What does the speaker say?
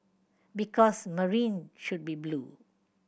because Marine should be blue